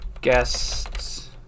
Guests